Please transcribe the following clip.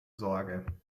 sorge